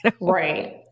Right